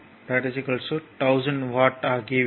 1 1000 watt ஆகிவிடும்